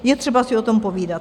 Je třeba si o tom povídat.